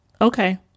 Okay